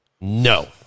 No